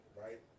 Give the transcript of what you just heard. right